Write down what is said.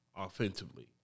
offensively